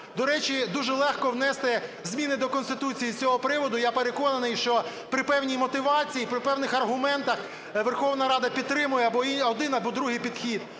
до речі, дуже легко внести зміни до Конституції з цього приводу. Я переконаний, що при певній мотивації, при певних аргументах Верховна Рада підтримає один або другий підхід.